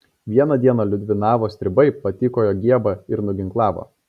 vieną dieną liudvinavo stribai patykojo giebą ir nuginklavo